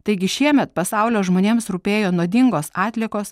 taigi šiemet pasaulio žmonėms rūpėjo nuodingos atliekos